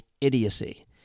idiocy